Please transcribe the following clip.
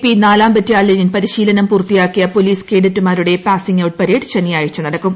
P നാലാം battalion പരിശീലനം പൂർത്തിയാക്കിയ പൊലീസ് ക്രേഡറ്റുമാരുടെ പാസിംഗ് ഔട്ട് പരേഡ് ശനിയാഴ്ച നടക്കും